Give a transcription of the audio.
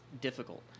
difficult